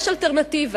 יש אלטרנטיבה.